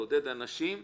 לעודד אנשים,